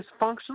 dysfunctional